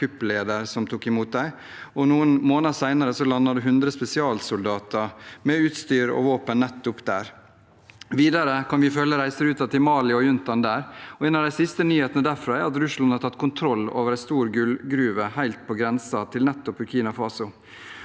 og noen måneder senere landet 100 spesialsoldater med utstyr og våpen nettopp der. Videre kan vi følge reiseruta til Mali og juntaen der. En av de siste nyhetene derfra er at Russland har tatt kontroll over en stor gullgruve helt på grensen til nettopp Burkina Faso,